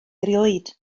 erioed